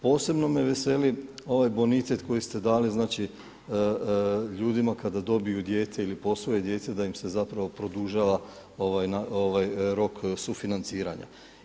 Posebno me veseli ovaj bonitet koji ste dali, znači ljudima kada dobiju dijete ili posvoje dijete da im se zapravo produžava rok sufinanciranja.